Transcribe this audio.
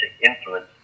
influence